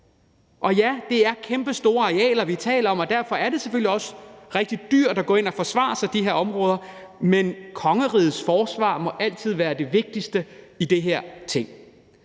Og ja, det er kæmpestore arealer, vi taler om, og derfor er det selvfølgelig også rigtig dyrt at gå ind og forsvare de her områder. Men forsvaret af kongeriget må altid være det vigtigste i det her Ting.